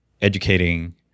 educating